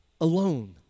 alone